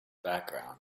background